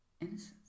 innocence